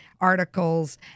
articles